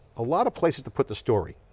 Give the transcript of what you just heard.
a lot of places to put the story.